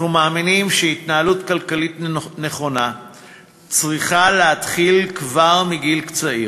אנחנו מאמינים שהתנהלות כלכלית נכונה צריכה להתחיל כבר מגיל צעיר.